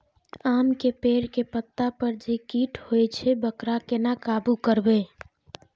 आम के पेड़ के पत्ता पर जे कीट होय छे वकरा केना काबू करबे?